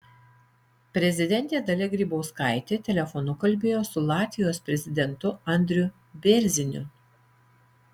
prezidentė dalia grybauskaitė telefonu kalbėjo su latvijos prezidentu andriu bėrziniu